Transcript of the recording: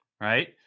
right